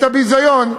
את הביזיון,